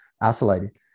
isolated